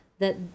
that